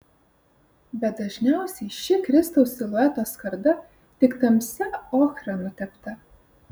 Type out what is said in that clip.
bet dažniausiai ši kristaus silueto skarda tik tamsia ochra nutepta